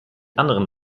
anderen